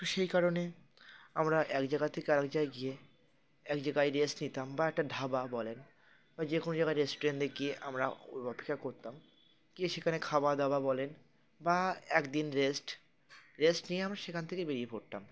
তো সেই কারণে আমরা এক জায়গা থেকে আরে জায়গায় গিয়ে এক জায়গায় রেস্ট নিতাম বা একটা ধাবা বলেন বা যে কোনো জায়গায় রেস্টুরেন্টে গিয়ে আমরা ওর অপেক্ষা করতাম গিয়ে সেখানে খাওয়া দাওয়া বলেন বা একদিন রেস্ট রেস্ট নিয়ে আমরা সেখান থেকে বেরিয়ে পড়তাম